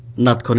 not